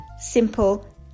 simple